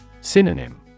Synonym